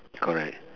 correct